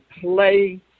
play